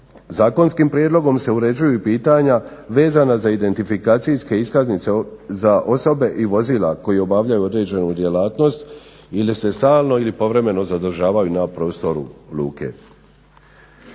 Zakonskim prijedlogom se uređuju i pitanja vezana za identifikacijske iskaznice za osobe i vozila koji obavljaju određenu djelatnost ili se stalno ili povremeno zadržavaju na prostoru luke.